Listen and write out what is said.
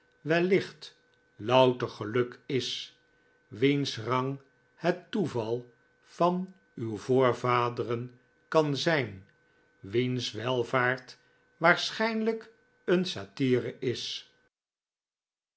wellicht louter geluk is wiens rang het toeval van uw voorvaderen kan zijn wiens welvaart waarschijnlijk een satire is